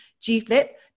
G-Flip